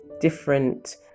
different